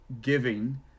giving